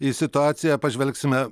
į situaciją pažvelgsime